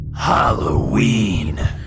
Halloween